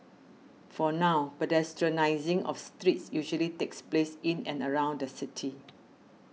for now pedestrianising of streets usually takes place in and around the city